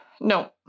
No